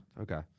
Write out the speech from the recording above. Okay